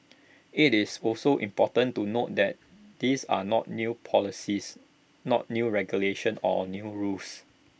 IT is also important to note that these are not new policies not new regulations or new rules